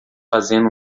fazendo